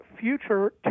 future